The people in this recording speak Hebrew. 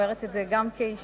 ואני אומרת את זה גם כאשה,